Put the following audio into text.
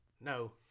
no